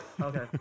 Okay